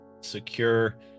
secure